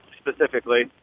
specifically